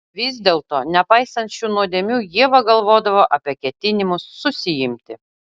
vis dėlto nepaisant šių nuodėmių ieva galvodavo apie ketinimus susiimti